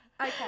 Okay